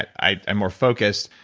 i more focused.